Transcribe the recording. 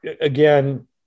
again